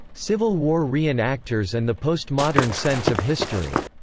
civil war reenactors and the postmodern sense of history,